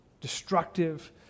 destructive